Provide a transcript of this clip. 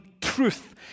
truth